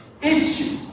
issue